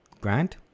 grant